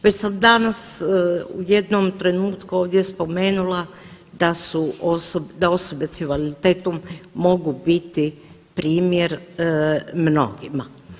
Već sam danas u jednom trenutku ovdje spomenula da osobe s invaliditetom mogu biti primjer mnogima.